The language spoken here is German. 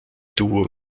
duo